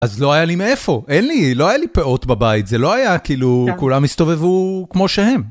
אז לא היה לי מאיפה, אין לי, לא היה לי פאות בבית, זה לא היה כאילו כולם הסתובבו כמו שהם.